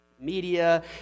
media